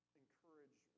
encourage